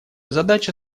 задача